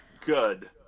good